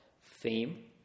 fame